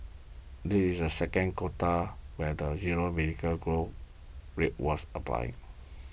this is the second quota where the zero vehicle growth rate was applied